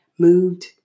moved